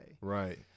Right